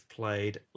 played